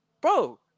bro